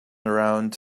around